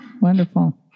Wonderful